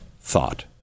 thought